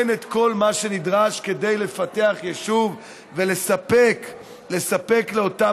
אין את כל מה שנדרש כדי לפתח יישוב ולספק לאותם